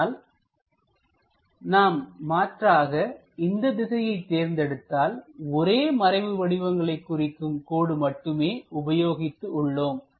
ஆனால் நாம் மாற்றாக இந்த திசையை தேர்ந்தெடுத்தால் ஒரே மறைவு வடிவங்களை குறிக்கும் கோடு மட்டுமே உபயோகித்து உள்ளோம்